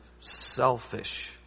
selfish